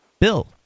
Bill